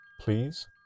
please